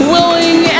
Willing